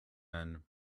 men